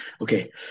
Okay